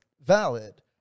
valid